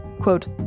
quote